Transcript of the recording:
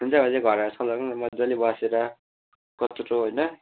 हुन्छ बाजे घर आएर सल्लाह गरौँ न मज्जाले बसेर कत्रो होइन